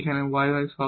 যা yy term হবে